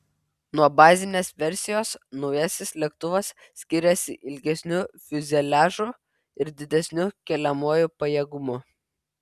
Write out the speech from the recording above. nuo bazinės versijos naujasis lėktuvas skiriasi ilgesniu fiuzeliažu ir didesniu keliamuoju pajėgumu